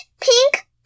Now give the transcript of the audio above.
pink